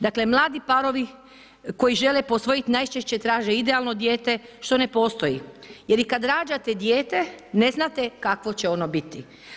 Dakle mladi parovi koji žele posvojiti najčešće traže idealno dijete što ne postoji jer i kad rađate dijete, ne znate kakvo će ono biti.